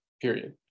period